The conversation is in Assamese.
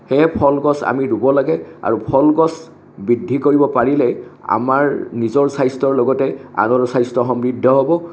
সেয়ে ফলগছ আমি ৰুব লাগে আৰু ফলগছ বৃদ্ধি কৰিব পাৰিলে আমাৰ নিজৰ স্বাস্থ্যৰ লগতে আনৰো স্বাস্থ্য সমৃদ্ধ হ'ব